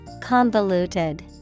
Convoluted